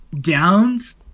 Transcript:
Downs